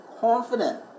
confident